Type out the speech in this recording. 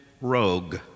rogue